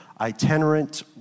itinerant